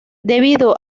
debido